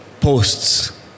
posts